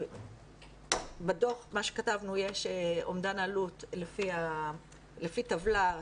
בדוח שכתבנו יש אומדן עלות לפי טבלה,